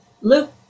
Luke